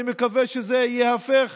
אני מקווה שזה ייהפך